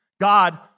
God